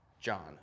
John